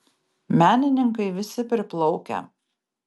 menininkai visi priplaukę